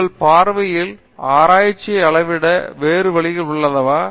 உங்கள் பார்வையில் ஆராய்ச்சியை அளவிட வேறு வழிகள் உள்ளதா